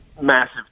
massive